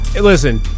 listen